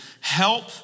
help